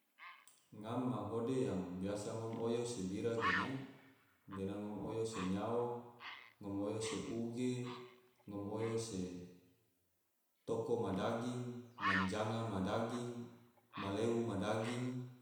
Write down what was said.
Ngam ma hode yang biasa ngom oyo se bira gena, ge ngom oyo se nyao, ngom oyo se uge, toko ma daging, manjanga ma daging, maleu ma daging